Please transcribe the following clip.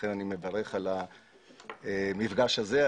לכן אני מברך על המפגש הזה.